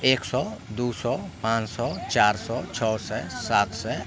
एक सए दू सए पाँच सए चारि सए छओ सए सात सए